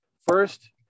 First